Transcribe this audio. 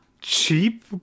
cheap